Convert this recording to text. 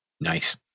Nice